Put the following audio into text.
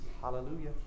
Hallelujah